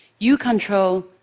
you control.